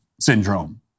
syndrome